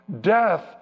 Death